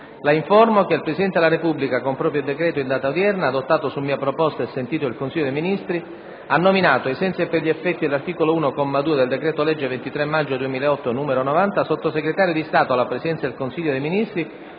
La informo che il Presidente della Repubblica con proprio decreto in data odierna, adottato su mia proposta e sentito il Consiglio dei Ministri, ha nominato, ai sensi e per gli effetti dell'articolo 1, comma 2, del decreto-legge 23 maggio 2008, n. 90, Sottosegretario di Stato alla Presidenza del Consiglio dei Ministri